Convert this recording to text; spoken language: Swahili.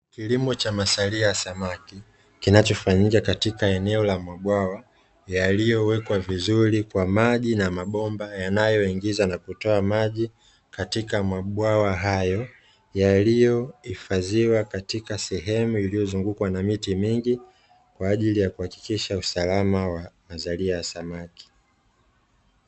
Kilimo cha mazalia ya samaki kinachofanyika katika eneo la mabwawa yaliyowekwa vizuri kwa maji, na mabomba yanayoingiza na kutoa maji katika mabwawa hayo, yaliyohifadhiwa katika sehemu iliyozungukwa na miti mingi kwa ajili ya kuhakikisha usalama wa mazalia ya samaki.